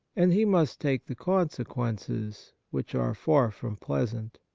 and he must take the consequences, which are far from pleasant.